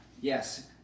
Yes